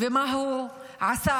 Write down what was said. ומה הוא עשה